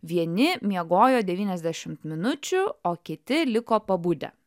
vieni miegojo devyniasdešimt minučių o kiti liko pabudę